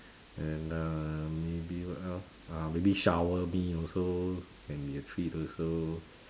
and uh maybe what else ah maybe shower me also can be a treat also